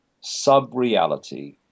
sub-reality